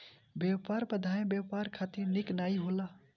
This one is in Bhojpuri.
व्यापार बाधाएँ व्यापार खातिर निक नाइ होला